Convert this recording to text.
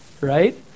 right